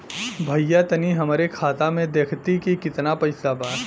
भईया तनि हमरे खाता में देखती की कितना पइसा बा?